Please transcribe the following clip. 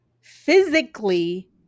physically